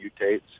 mutates